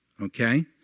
okay